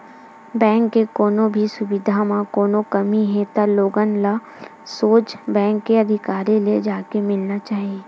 bank के कोनो भी सुबिधा म कोनो कमी हे त लोगन ल सोझ बेंक के अधिकारी ले जाके मिलना चाही